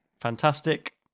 fantastic